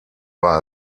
war